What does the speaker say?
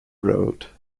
wrote